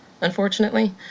unfortunately